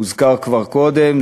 הוזכר כבר קודם,